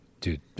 dude